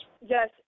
Yes